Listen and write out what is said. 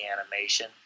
animation